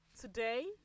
Today